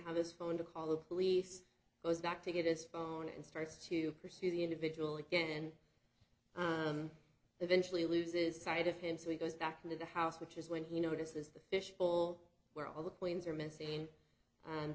have this phone to call the police goes back to get his phone and starts to pursue the individual again eventually loses sight of him so he goes back into the house which is when he notices the fishbowl where all the coins are missing and